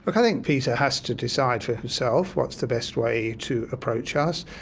but i think peter has to decide for himself what's the best way to approach us.